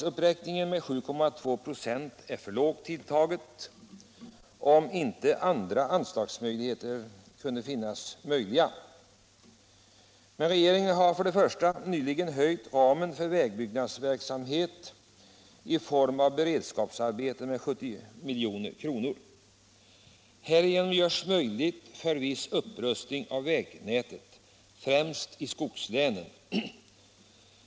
Uppräkningen med 7,2 26 är för lågt tilltagen, om det inte finns andra möjligheter att få fram pengar. För det första vill jag emellertid framhålla att regeringen höjt ramen för vägbyggnadsverksamhet i form av beredskapsarbeten med 70 milj.kr. Härigenom möjliggörs viss upprustning av vägnätet, främst i skogslänen.